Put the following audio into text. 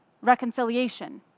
reconciliation